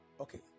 Okay